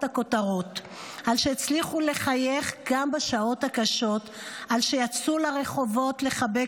הכותרות / על שהצליחו לחייך גם בשעות הקשות / על שיצאו לרחובות לחבק